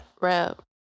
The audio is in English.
rap